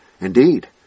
indeed